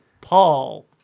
paul